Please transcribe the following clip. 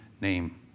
name